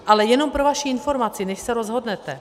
Ale jenom pro vaši informaci, než se rozhodnete.